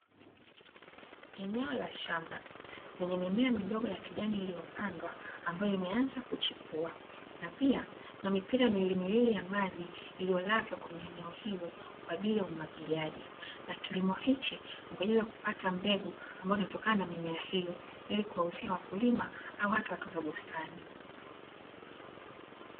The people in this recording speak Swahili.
Eneo la shamba lenye mimea midogo ya kijani iliyopandwa ambayo imeanza kuchipua na pia kuna mipira miwilimiwil ya maji iliolazawa kwenye eneo hilo kwa ajili ya umwagiliaji. Na kilimo hichi ni kwa ajili ya kupata mbegu ambazo zinatokana na mimea hio ilikuwauzia wakulima au hata watunza bustani.